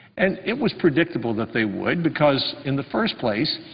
and it was predictable that they would because in the first place,